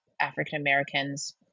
African-Americans